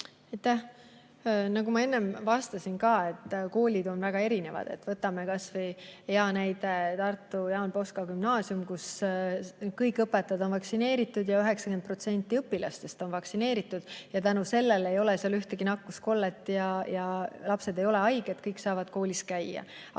Nagu ma enne vastasin, koolid on väga erinevad. Võtame kas või hea näite Tartu Jaan Poska Gümnaasiumi, kus kõik õpetajad on vaktsineeritud ja 90% õpilastest on vaktsineeritud. Tänu sellele ei ole seal ühtegi nakkuskollet ja lapsed ei ole haiged, kõik saavad koolis käia.